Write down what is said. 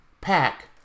pack